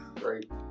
Great